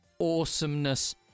awesomeness